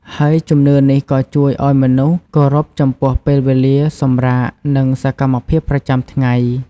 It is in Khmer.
ហើយជំនឿនេះក៏ជួយឲ្យមនុស្សគោរពចំពោះពេលវេលាសម្រាក និងសកម្មភាពប្រចាំថ្ងៃ។